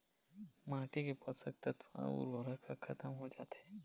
माटी के पोसक तत्व अउ उरवरक ह खतम हो जाथे